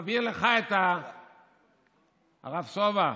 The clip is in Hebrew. הרב סובה,